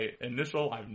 initial